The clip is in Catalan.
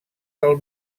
del